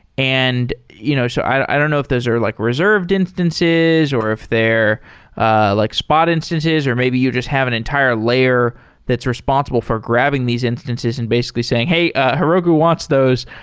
and you know so i don't know if those are like reserved instances, or if they're ah like spot instances, or maybe you just have an entire layer that's responsible for grabbing these instances and basically saying, hey, heroku wants those.